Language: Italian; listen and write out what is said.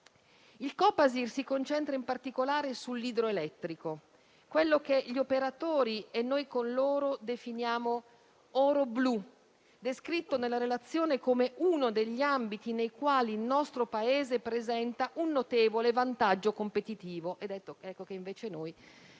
Il Copasir si concentra in particolare sull'idroelettrico, quello che gli operatori - e noi con loro - definiscono oro blu, descritto nella relazione come «uno degli ambiti nei quali il nostro Paese presenta un notevole vantaggio competitivo».